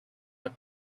but